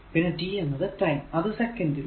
പിന്നെ t എന്നത് time അത് സെക്കന്റ് ൽ